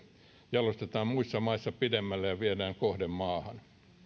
jalostetaan muissa maissa pidemmälle ja viedään kohdemaahan kun